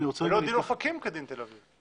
ולא דין אופקים כדין תל אביב.